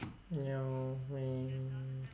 ya